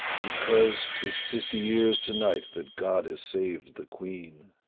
because tis fifty years to-night that god has saved the queen.